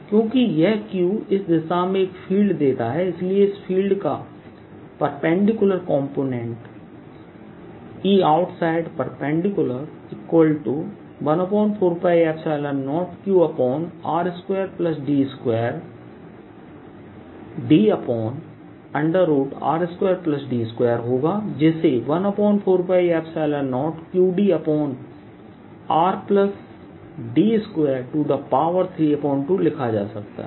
क्योंकि यह q इस दिशा में एक फील्ड देता है इसलिए इस फील्ड का परपेंडिकुलर कॉम्पोनेंट Eoutside 14π0qr2d2dr2d2 होगा जिसे 14π0qdr2d232 लिखा जा सकता है